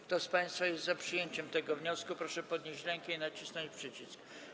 Kto z państwa jest za przyjęciem tego wniosku, proszę podnieść rękę i nacisnąć przycisk.